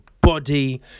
body